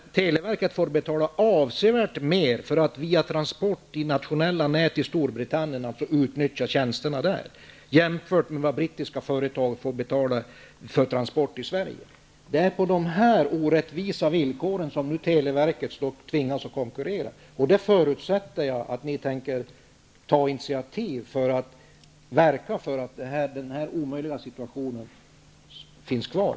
Televerket får betala avsevärt mer för att via transport i nationella nät i Storbritannien utnyttja tjänsterna där, jämfört med vad brittiska företag får betala för transport i näten i Sverige. Det är under dessa ogynnsamma villkor som televerket tvingas att konkurrera. Jag förutsätter att ni tänker ta initiativ till att verka för att se till att denna omöjliga situation förändras.